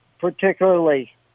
particularly